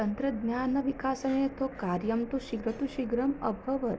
तन्त्रज्ञानविकाससमये तु कार्यं तु शीघ्रं तु शीघ्रम् अभवत्